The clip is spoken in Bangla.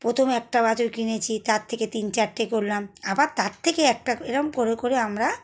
প্রথমে একটা বাছুর কিনেছি তার থেকে তিন চারটে করলাম আবার তার থেকে একটা ক এরকম করে করে আমরা